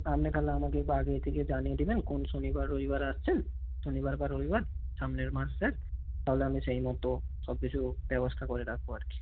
আপনি তাহলে আমাকে একটু আগে থেকে জানিয়ে দেবেন কোন শনিবার রবিবার আসছেন শনিবার বা রবিবার সামনের মাসের তাহলে আমি সেই মতো সব কিছু ব্যবস্থা করে রাখব আর কি